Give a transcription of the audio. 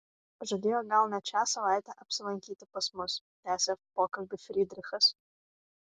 žadėjo gal net šią savaitę apsilankyti pas mus tęsė pokalbį frydrichas